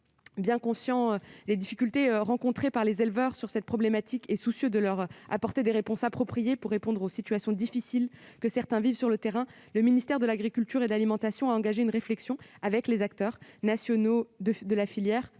Bien conscient des difficultés rencontrées par les éleveurs vis-à-vis de cette problématique et soucieux de leur apporter des réponses appropriées pour faire face aux situations difficiles que certains vivent sur le terrain, le ministère de l'agriculture et de l'alimentation a engagé une réflexion avec les acteurs nationaux de la filière